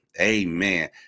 Amen